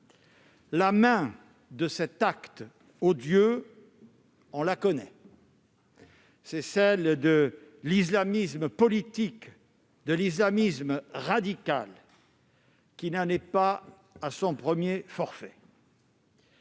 la main de cet acte odieux : c'est l'islamisme politique, l'islamisme radical, qui n'en est pas à son premier forfait.